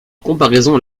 comparaison